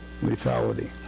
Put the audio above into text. lethality